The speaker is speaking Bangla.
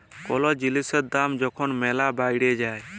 কল জিলিসের দাম যখল ম্যালা বাইড়ে যায়